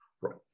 right